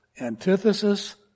antithesis